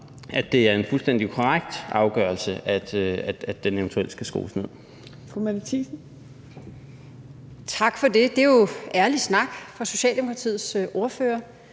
om det er en fuldstændig korrekt afgørelse, at der eventuelt skal skrues ned